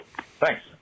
Thanks